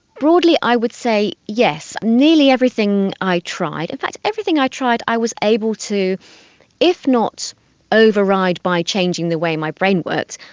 broadly i would say yes. nearly everything i tried, in fact everything i tried i was able to if not override by changing the way my brain works,